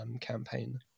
campaign